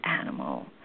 animal